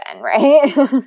right